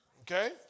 Okay